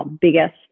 biggest